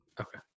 okay